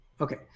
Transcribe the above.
Okay